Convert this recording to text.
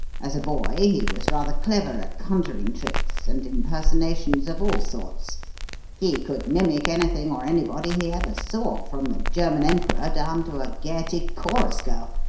as a boy he was rather clever at conjuring tricks and impersonations of all sorts he could mimic anything or anybody he ever saw, from the german emperor down to a gaiety chorus girl,